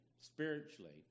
spiritually